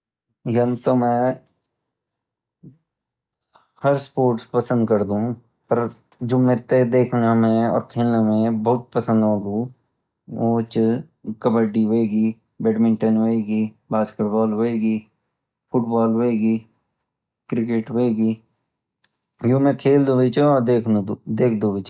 यन तो मैं हर स्पोर्ट्स पसंद करदू पर जो मेरे ते देखना में और खेलने में बहुत पसंद होगू वो कबड्डी होएगी बैडमिंटन होएगी बास्केटबॉल होएगी फुटबॉल होएगी क्रिकेट होएगी यो मैं खेलदू भी चो और देखदू भी चो